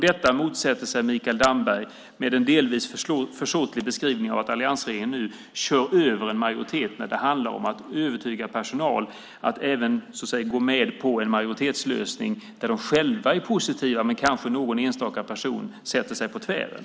Detta motsätter sig Mikael Damberg, med en delvis försåtlig beskrivning av att alliansregeringen nu kör över en majoritet. Det handlar om att övertyga personal om att även gå med på en majoritetslösning där de själva är positiva men kanske någon enstaka person sätter sig på tvären.